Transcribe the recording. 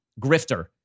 grifter